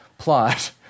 plot